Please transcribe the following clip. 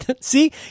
see